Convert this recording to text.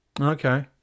okay